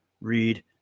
read